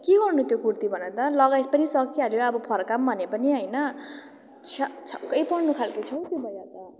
के गर्नु त्यो कुर्ती भन त लगाई पनि सकिहाल्यो अब फर्काऊँ भने पनि होइन छ्या छक्कै पर्नु खाले छ हो त्यो भैया त